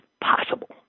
possible